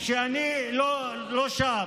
שאני לא שם.